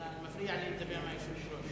אתה מפריע לי לדבר עם היושבת-ראש.